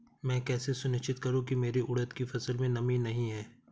मैं कैसे सुनिश्चित करूँ की मेरी उड़द की फसल में नमी नहीं है?